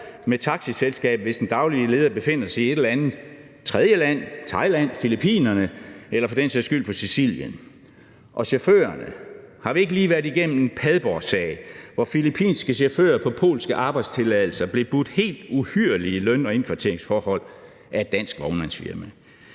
et taxiselskab, hvis den daglige leder befinder sig i et eller andet tredjeland – i Thailand, i Filippinerne eller for den sags skyld på Sicilien? Og i forhold til chaufførerne har vi så ikke lige været igennem en Padborgsag, hvor filippinske chauffører på polske arbejdstilladelser blev budt helt uhyrlige løn- og indkvarteringsforhold af et dansk vognmandsfirma?